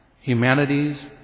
humanities